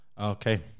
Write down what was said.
okay